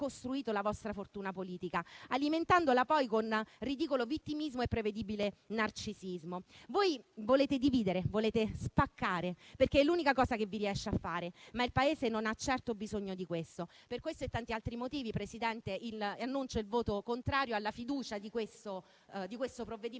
la vostra fortuna politica, alimentandola poi con ridicolo vittimismo e prevedibile narcisismo. Voi volete dividere e spaccare, perché è l'unica cosa che vi riesce di fare, ma il Paese non ha certo bisogno di questo. Per questo e tanti altri motivi, Presidente, annuncio il voto contrario del mio Gruppo sulla questione